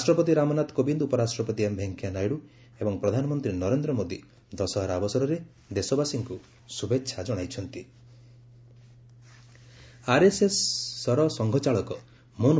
ରାଷ୍ଟ୍ରପତି ରାମନାଥ କୋବିନ୍ଦ ଉପରାଷ୍ଟ୍ରପତି ଏମ୍ ଭେଙ୍କିୟା ନାଇଡୁ ଏବଂ ପ୍ରଧାନମନ୍ତ୍ରୀ ନରେନ୍ଦ୍ର ମୋଦି ଦଶହରା ଅବସରରେ ଦେଶବାସୀଙ୍କୁ ଶୁଭେଚ୍ଛା ଜଣାଇଚ୍ଚନ୍ତି